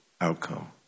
outcome